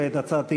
התקבלה.